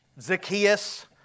Zacchaeus